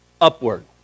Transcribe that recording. upward